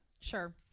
Sure